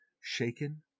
shaken